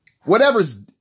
Whatever's